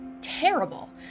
terrible